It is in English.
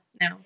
No